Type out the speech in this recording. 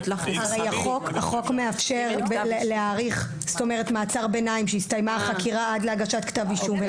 החוק מאפשר מעצר ביניים אחרי שהסתיימה החקירה עד להגשת כתב אישום.